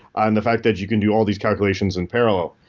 and the fact that you can do all these calculations in parallel.